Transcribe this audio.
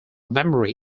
memory